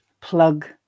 plug